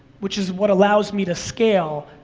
which is what allows me to scale,